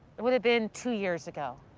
it would have been two years ago.